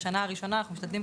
בשנה הראשונה אנחנו משתדלים,